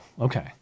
okay